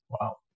Wow